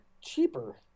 cheaper